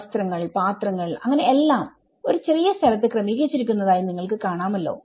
വസ്ത്രങ്ങൾ പാത്രങ്ങൾ അങ്ങനെ എല്ലാം ഒരു ചെറിയ സ്ഥലത്ത് ക്രമീകരിച്ചിരിക്കുന്നതായി നിങ്ങൾക്ക് കാണാമല്ലോ